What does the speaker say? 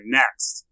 next